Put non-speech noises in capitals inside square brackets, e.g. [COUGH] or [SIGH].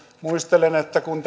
muistelen että kun [UNINTELLIGIBLE]